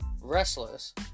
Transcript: restless